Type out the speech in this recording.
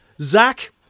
Zach